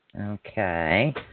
Okay